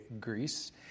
Greece